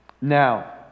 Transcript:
Now